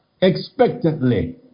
expectantly